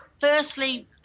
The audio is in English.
firstly